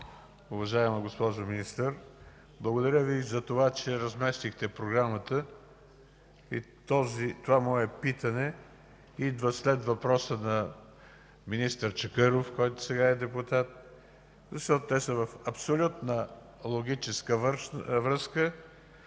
Уважаема госпожо Министър! Благодаря Ви за това, че разместихте програмата и това мое питане идва сред въпроса на министър Чакъров, който сега е депутат, защото те са в абсолютна логическа връзка.